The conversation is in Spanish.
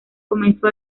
comenzó